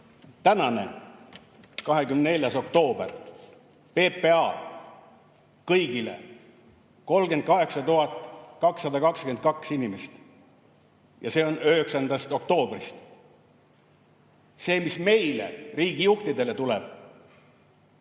Tänane, 24. oktoober, PPA, kõigile: 38 222 inimest. Ja see on 9. oktoobrist. See, mis meile, riigijuhtidele tuleb: